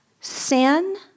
Sin